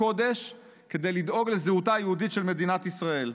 קודש כדי לדאוג לזהותה היהודית של מדינת ישראל.